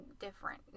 different